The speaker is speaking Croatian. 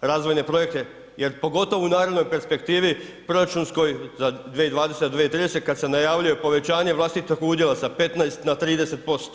razvojne projekte, jer pogotovo u narednoj perspektivi proračunskoj za 2020., 2030. kada se najavljuje povećanje vlastitog udjela sa 15 na 30%